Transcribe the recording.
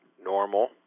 normal